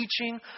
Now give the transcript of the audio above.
teaching